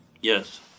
Yes